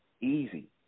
Easy